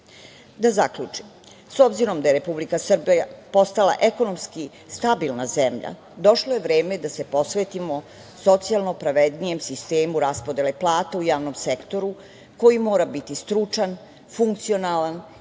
zaključim. S obzirom da je Republika Srbija postala ekonomski stabilna zemlja, došlo je vreme da se posvetimo socijalno pravednijem sistemu raspodele plata u javnom sektoru koji mora biti stručan, funkcionalan